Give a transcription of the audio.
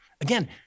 again